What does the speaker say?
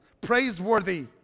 praiseworthy